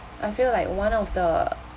I feel like one of the